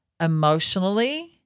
emotionally